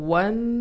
one